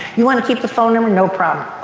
you want to keep the phone number? no problem.